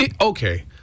Okay